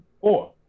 Four